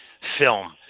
film